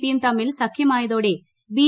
P യും തമ്മിൽ സഖ്യമായതോടെ ബി